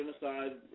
genocide